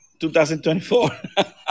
2024